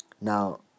Now